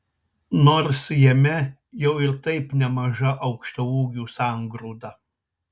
nors jame jau ir taip nemaža aukštaūgių sangrūda